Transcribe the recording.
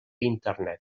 internet